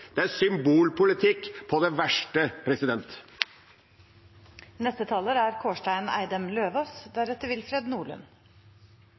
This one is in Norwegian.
Det er symbolpolitikk på det verste.